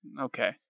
Okay